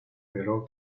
però